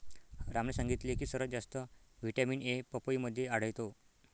रामने सांगितले की सर्वात जास्त व्हिटॅमिन ए पपईमध्ये आढळतो